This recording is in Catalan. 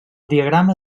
diagrama